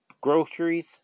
groceries